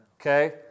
okay